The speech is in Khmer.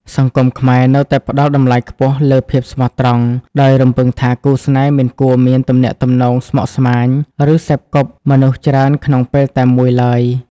សង្គមខ្មែរនៅតែផ្ដល់តម្លៃខ្ពស់លើ "ភាពស្មោះត្រង់" ដោយរំពឹងថាគូស្នេហ៍មិនគួរមានទំនាក់ទំនងស្មុគស្មាញ ឬសេពគប់មនុស្សច្រើនក្នុងពេលតែមួយឡើយ។